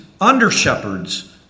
under-shepherds